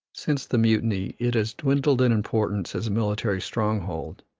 since the mutiny it has dwindled in importance as a military stronghold,